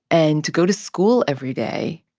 and to go to school every day,